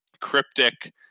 cryptic